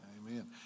amen